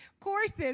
courses